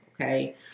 Okay